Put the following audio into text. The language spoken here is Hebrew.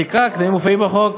אתה תקרא, התנאים מופיעים בחוק.